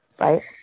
right